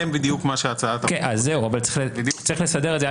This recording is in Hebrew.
זה בדיוק מה שהצעת החוק --- צריך לסדר את זה.